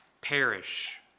perish